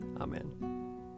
Amen